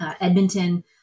Edmonton